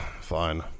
Fine